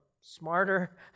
smarter